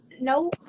no